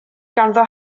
ganddo